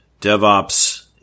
DevOps